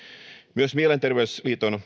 myös mielenterveyden